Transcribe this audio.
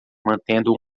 mantendo